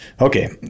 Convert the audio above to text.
okay